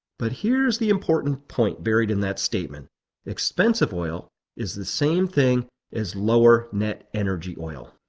but here's the important point buried in that statement expensive oil is the same thing as lower net energy oil.